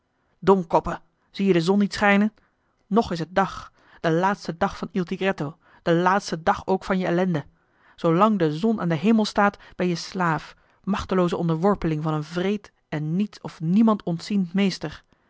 domkoppen zie-je de zon niet schijnen nog is het dag de laatste dag van il tigretto de laatste dag ook van je ellende zoolang de zon aan den hemel staat ben-je slaaf machtelooze onderworpeling van een wreed en niets of niemand ontziend meester